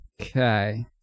Okay